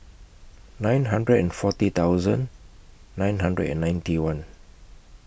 nine hundred and forty thousand nine hundred and ninety one